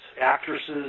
actresses